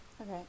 Okay